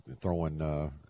throwing